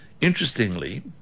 Interestingly